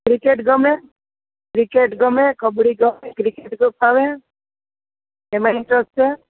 cricket ગમે cricket ગમે કબડ્ડી ગમે ક્રિકેટ ફાવે એમાં ઈન્ટરેસ્ટ છે